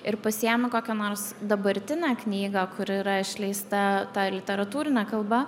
ir pasiimi kokią nors dabartinę knygą kuri yra išleista ta literatūrine kalba